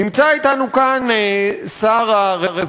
נמצא אתנו כאן שר העבודה,